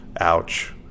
Ouch